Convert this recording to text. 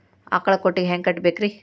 ಆಕಳ ಕೊಟ್ಟಿಗಿ ಹ್ಯಾಂಗ್ ಕಟ್ಟಬೇಕ್ರಿ?